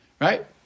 right